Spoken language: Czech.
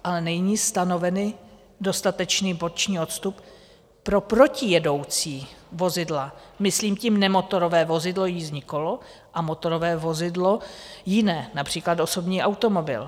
Ale není stanoven dostatečný boční odstup pro protijedoucí vozidla, myslím tím nemotorové vozidlo, jízdní kolo, a motorové vozidlo jiné, například osobní automobil.